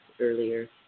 earlier